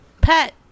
Pet